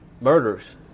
murders